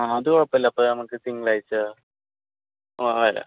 ആ അത് കുഴപ്പമില്ല അപ്പോൾ നമുക്ക് തിങ്കളാഴ്ച്ച അ വരാം